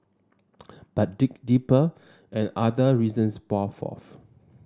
but dig deeper and other reasons pour forth